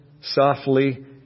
softly